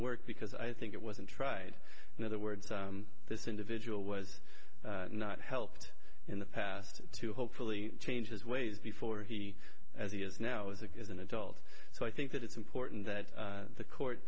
work because i think it wasn't tried in other words this individual was not helped in the past to hopefully change his ways before he as he is now is that is an adult so i think that it's important that the court